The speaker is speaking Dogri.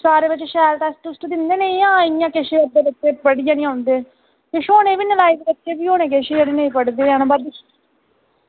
सारे बच्चे शैल टेस्ट दिंदे न जां इंया गै जां किश बच्चे पढ़ियै गै निं औंदे किश नालायक बच्चे बी हैन किश नेईं पढ़दे